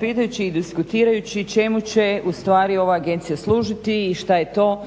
pitajući i diskutirajući čemu će ustvari ova agencija služiti i što je to